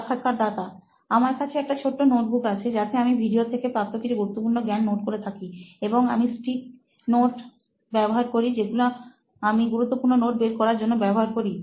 সাক্ষাৎকারদাতা আমার কাছে একটা ছোট নোটবুক আছে যাতে আমি ভিডিও থেকে প্রাপ্ত কিছু গুরুত্বপূর্ণ জ্ঞান নোট করে থাকি এবং আমি স্টিক নোটস ব্যবহার করি যেগুলো আমি গুরুত্বপূর্ণ নোট বের করার জন্য ব্যবহার করি